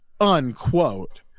unquote